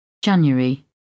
January